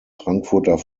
frankfurter